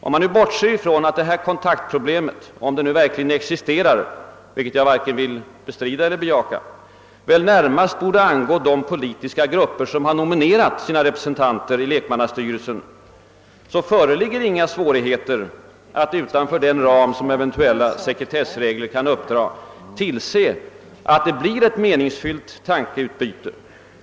Om vi bortser från ati detta kontaktproblem — om det verkligen existerar, vilket jag varken vill bestrida eller bejaka — närmast borde angå de politiska grupper som har nominerat sina lekmannarepresentanter i styrelsen, föreligger inga svårigheter att utanför den ram som eventuella sekretessregler kan uppdra tillse att det blir ett meningsfyllt tankeutbyte.